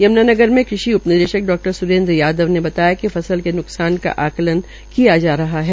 यम्नानगर मे कृषि उपनिदेशक डा स्रेन्द्र यादव ने कहा कि फसल के न्कसान का आकलन किया जा रहा है